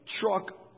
truck